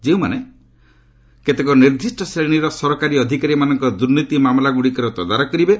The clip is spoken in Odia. ଯେଉଁମାନେ କି କେତେକ ନିର୍ଦ୍ଦିଷ୍ଣ ଶ୍ରେଣୀର ସରକାରୀ ଅଧିକାରୀମାନଙ୍କର ଦୁର୍ନୀତି ମାମଲାଗୁଡ଼ିକର ତଦାରଖ କରିବେ